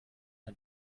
ein